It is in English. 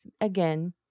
again